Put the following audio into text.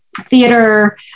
theater